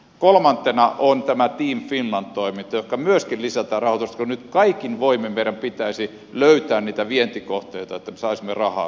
kolmantena on tämä team finland toiminta johonka myöskin lisätään rahoitusta kun nyt kaikin voimin meidän pitäisi löytää niitä vientikohteita että me saisimme rahaa suomeen